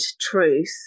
truth